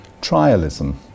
trialism